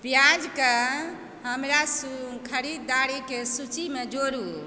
प्याजके हमरा खरीदारीक सूचीमे जोडू